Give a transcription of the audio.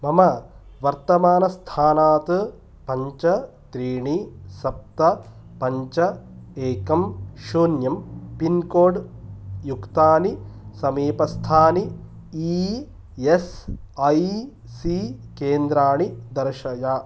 मम वर्तमानस्थानात् पञ्च त्रीणि सप्त पञ्च एकं शून्यं पिन्कोड् युक्तानि समीपस्थानि ई एस् ऐ सी केन्द्राणि दर्शय